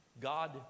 God